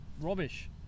rubbish